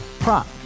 Prop